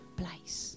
place